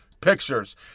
Pictures